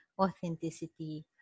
authenticity